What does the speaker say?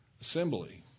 Assembly